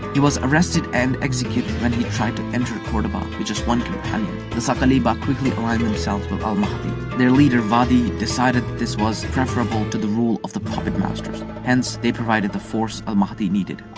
he was arrested and executed when he tried to enter cordoba with just one companion. the saqaliba quickly aligned themselves with al-mahdi. their leader wadih decided that this was preferable to the rule of the puppet masters. hence, the provided the force al-mahdi needed.